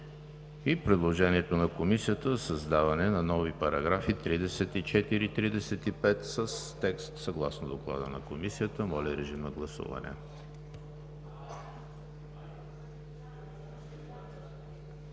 и предложението на Комисията за създаване на нови параграфи 34 и 35 с текст съгласно Доклада на Комисията. Моля, режим на гласуване.